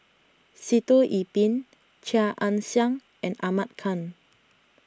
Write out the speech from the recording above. Sitoh Yih Pin Chia Ann Siang and Ahmad Khan